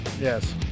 Yes